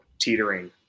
teetering